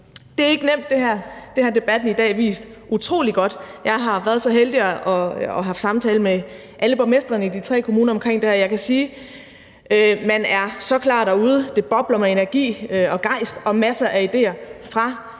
her er ikke nemt, og debatten har i dag vist det utrolig godt. Jeg har været så heldig at have haft samtaler om det med alle borgmestrene i de tre kommuner, og jeg kan sige, at man er så klar derude. Det bobler med energi og gejst, og der er masser af idéer fra